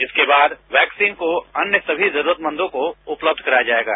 इसके बाद वैक्सीन को अन्य सभी जरूरदमंदों को उपलब्ध कराया जाएगा